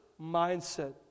mindset